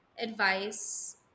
advice